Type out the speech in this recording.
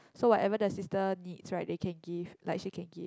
so whatever the sister needs right they can give like she can give